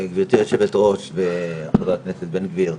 גבירתי היו"ר, חבר הכנסת בן גביר,